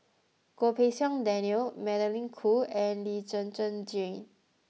Goh Pei Siong Daniel Magdalene Khoo and Lee Zhen Zhen Jane